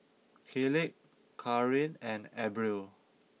Kayleigh Cathryn and Abril